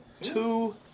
two